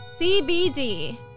CBD